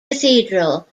cathedral